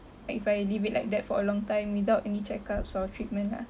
like if I leave it like that for a long time without any checkups or treatment ah